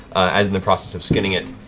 as in the process of skinning it,